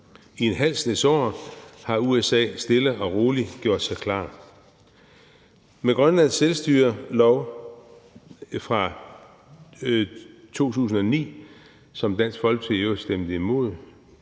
I en halv snes år har USA stille og roligt gjort sig klar. Med Grønlands selvstyrelov fra 2009, som Dansk Folkeparti i øvrigt stemte imod,